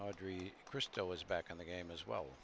audrey crystal was back in the game as well